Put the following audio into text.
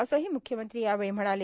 असंही मुख्यमंत्री यावेळी म्हणाले